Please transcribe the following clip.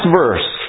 verse